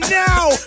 now